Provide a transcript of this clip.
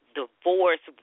divorce